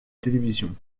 télévision